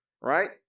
right